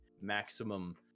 maximum